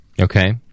Okay